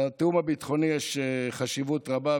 לתיאום הביטחוני יש חשיבות רבה,